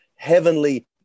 Heavenly